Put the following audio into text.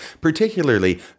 particularly